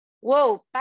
whoa